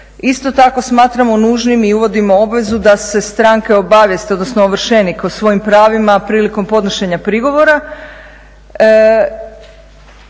Isto tako smatramo nužnim i uvodimo obvezu da se stranke obavijeste, odnosno ovršenik o svojim pravima prilikom podnošenja prigovora